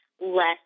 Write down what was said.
less